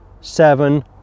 seven